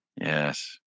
Yes